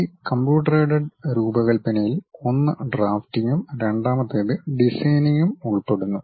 ഈ computer aided രൂപകൽപ്പനയിൽ ഒന്ന് ഡ്രാഫ്റ്റിംഗും രണ്ടാമത്തേത് ഡിസൈനിംഗും ഉൾപ്പെടുന്നു